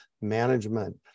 management